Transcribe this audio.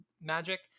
magic